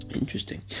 Interesting